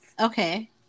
Okay